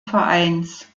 vereins